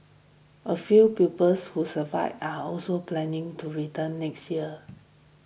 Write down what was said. a few pupils who survived are also planning to return next year